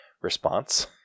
response